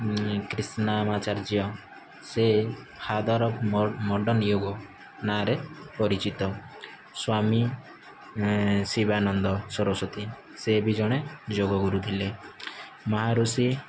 କ୍ରିଷ୍ଣାମ ଆଚାର୍ଯ୍ୟ ସେ father of modern yoga ନାଁ ରେ ପରିଚିତ ସ୍ୱାମୀ ଶିବାନନ୍ଦ ସରସ୍ବତୀ ସେ ବି ଜଣେ ଯୋଗ ଗୁରୁ ଥିଲେ ମହାଋଷି